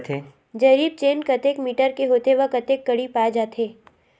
जरीब चेन कतेक मीटर के होथे व कतेक कडी पाए जाथे?